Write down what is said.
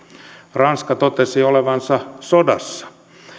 ranska totesi olevansa sodassa